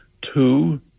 Two